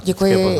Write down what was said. Děkuji.